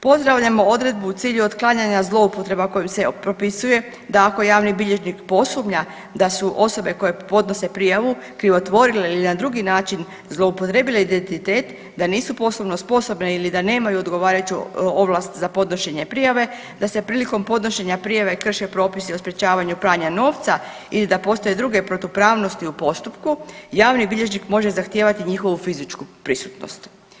Pozdravljamo odredbu u cilju otklanjanja zloupotreba kojim se propisuje, da ako javni bilježnik posumnja da su osobe koje podnose prijavu krivotvorile ili na drugi način zloupotrijebile identitet, da nisu poslovno sposobne ili da nemaju odgovarajuću ovlast za podnošenje prijave, da se prilikom podnošenja prijave krše propisi o sprječavanju pranja novca ili da postoje druge protupravnosti u postupku javni bilježnik može zahtijevati njihovu fizičku prisutnost.